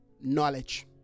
knowledge